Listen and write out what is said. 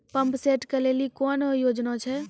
Pump set केलेली कोनो योजना छ?